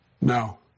No